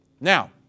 Now